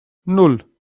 nan